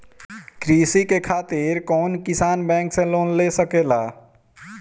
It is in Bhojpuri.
कृषी करे खातिर कउन किसान बैंक से लोन ले सकेला?